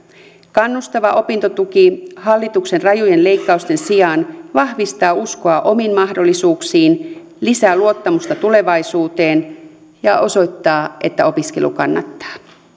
kannustava opintotuki hallituksen rajujen leikkausten sijaan vahvistaa uskoa omiin mahdollisuuksiin lisää luottamusta tulevaisuuteen ja osoittaa että opiskelu kannattaa